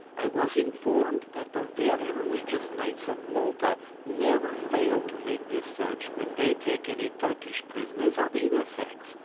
i was informed that the very religious knights of malta never fail to make this search when they take any turkish prisoners of either sex.